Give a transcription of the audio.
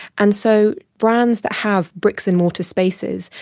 and so brands that have brick-and-mortar spaces,